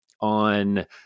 on